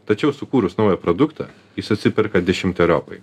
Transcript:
tačiau sukūrus naują produktą jis atsiperka dešimteriopai